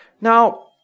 Now